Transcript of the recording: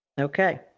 Okay